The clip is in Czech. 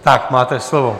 Tak, máte slovo.